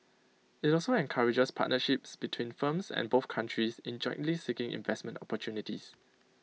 IT also encourages partnerships between firms and both countries in jointly seeking investment opportunities